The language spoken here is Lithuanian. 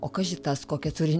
o kaži tas kokią turi